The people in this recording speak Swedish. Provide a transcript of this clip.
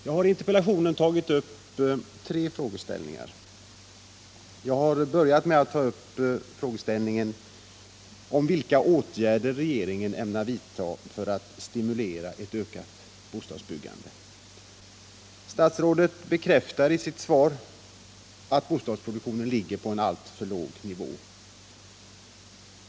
Jag har i interpellationen tagit upp tre frågeställningar. Jag har börjat med frågan om vilka åtgärder regeringen ämnar vidta för att stimulera ett ökat bostadsbyggande. Statsrådet bekräftar i sitt svar att bostadsproduktionen ligger på en alltför låg nivå.